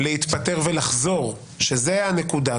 -- שזאת הנקודה,